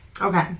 Okay